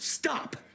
Stop